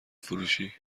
فروشی